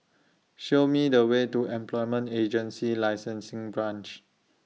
Show Me The Way to Employment Agency Licensing Branch